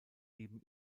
ibn